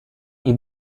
est